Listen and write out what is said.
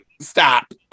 stop